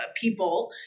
people